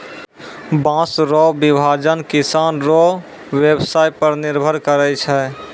बाँस रो विभाजन किसान रो व्यवसाय पर निर्भर करै छै